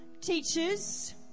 teachers